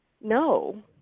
no